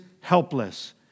helpless